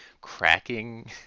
cracking